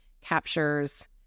captures